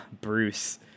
Bruce